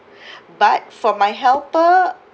but for my helper